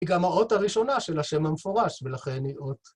היא גם האות הראשונה של השם המפורש, ולכן היא אות...